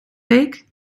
week